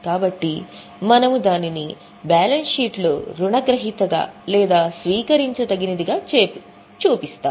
కాబట్టి మనము దానిని బ్యాలెన్స్ షీట్లో రుణగ్రహీతగా లేదా స్వీకరించదగినదిగా చూపిస్తాము